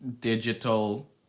digital